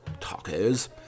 tacos